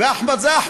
ומחמוד זה מחמוד,